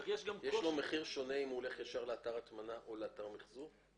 יש לו מחיר שונה אם הוא הולך לאתר הטמנה או לאתר מחזור?